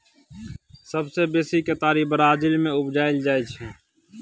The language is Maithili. सबसँ बेसी केतारी ब्राजील मे उपजाएल जाइ छै